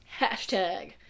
Hashtag